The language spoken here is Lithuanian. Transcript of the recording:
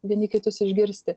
vieni kitus išgirsti